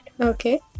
Okay